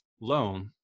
loan